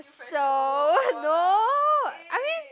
so no~ I mean